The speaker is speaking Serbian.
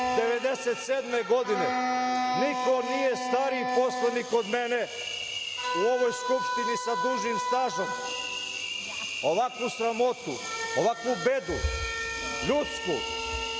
1997. godine. Niko nije stariji poslanik od mene, u ovoj Skupštini sa dužim stažom. Ovakvu sramotu, ovakvu bedu, ljudsku,